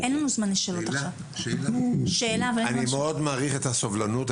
אני מאוד מעריך את הסבלנות,